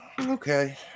Okay